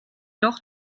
noch